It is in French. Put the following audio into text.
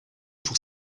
pour